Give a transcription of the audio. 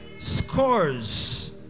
scores